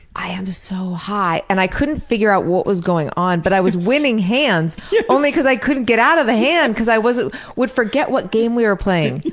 i am so high. and i couldn't figure out what was going on but i was winning hands only cause i couldn't get out of the hand cause i would forget what game we were playing.